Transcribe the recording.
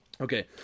Okay